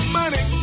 money